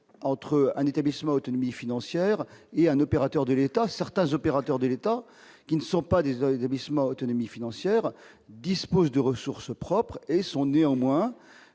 entre un établissement à autonomie financière et un opérateur de l'État. Certains opérateurs de l'État, qui ne sont pas des établissements à autonomie financière, disposent de ressources propres. Néanmoins,